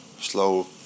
slow